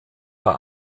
bei